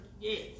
Yes